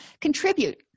Contribute